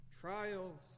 trials